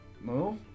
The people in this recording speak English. move